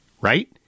right